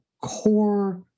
core